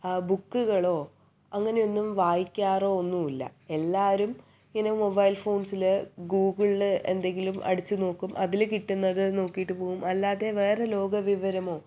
ബുക്കുകളോ അങ്ങനെ ഒന്നും വായിക്കാറോ ഒന്നുമില്ല എല്ലാവരും ഇങ്ങനെ മൊബൈൽ ഫോൺസിൽ ഗൂഗിളിൽ എന്തെങ്കിലും അടിച്ച് നോക്കും അതിൽ കിട്ടുന്നത് നോക്കിയിട്ട് പോവും അല്ലാതെ വേറെ ലോകവിവരമോ